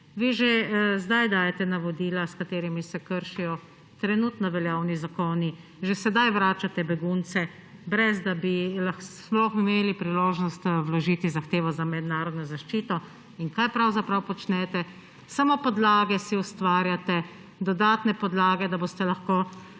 vi že zdaj dajete navodila, s katerimi se kršijo trenutno veljavni zakoni, že sedaj vračate begunce, brez da bi sploh imeli priložnost vložiti zahtevo za mednarodno zaščito. In kaj pravzaprav počnete? Samo podlage si ustvarjate, dodatne podlage, da si boste lahko